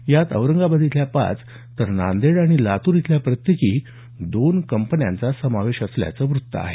यात औरंगाबाद इथल्या पाच तर नांदेड आणि लातूर इथल्या प्रत्येकी दोन कंपन्यांचा समावेश असल्याचं वृत्त आहे